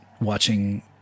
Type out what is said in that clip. watching